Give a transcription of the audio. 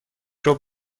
ربع